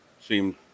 seemed